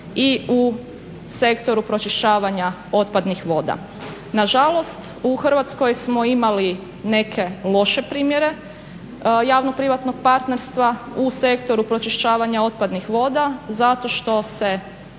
i u sektoru pročišćavanja otpadnih voda. Na žalost, u Hrvatskoj smo imali neke loše primjere javno-privatnog partnerstva u sektoru pročišćavanja otpadnih voda zato što se